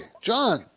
John